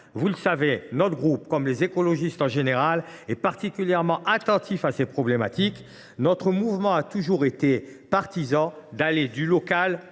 Vous le savez, notre groupe, comme les écologistes en général, est particulièrement attentif à ces problématiques. Notre mouvement a en effet toujours été partisan d’aller « du local